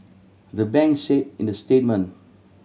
the banks said in the statement